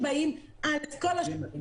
אנשים באים לשוק הכרמל לאכול חצ'פורי?